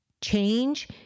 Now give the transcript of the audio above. change